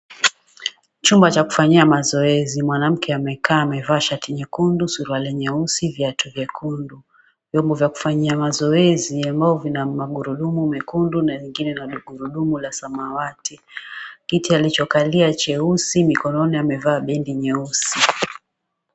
Chuma cha kufanyia mazoezi. Mwanamke amekaa amevalia shati nyekundu, suruali nyeusi, viatu vyekundu. Vyombo vya kufanyia mazoezi ambavyo vina magurudumu mekundu na lingine lenye gurudumu la samawati. Kiti alichokalia cheusi mikononi amevaa bendi nyeusi.